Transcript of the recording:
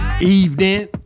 evening